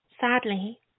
Sadly